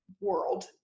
world